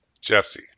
Jesse